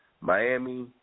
Miami